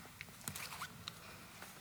חבר הכנסת יצחק